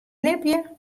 libje